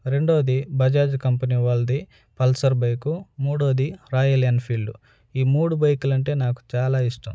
రెండవది బజాజ్ కంపెనీ వాళ్ళది Pulsar bike మూడవది రాయల్ ఎన్ఫీల్డ్ ఈ మూడు బైకులు అంటే నాకు చాలా ఇష్టం